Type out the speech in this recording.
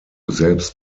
selbst